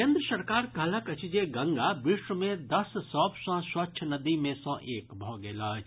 केन्द्र सरकार कहलक अछि जे गंगा विश्व मे दस सभ सँ स्वच्छ नदी मे सँ एक भऽ गेल अछि